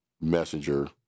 Messenger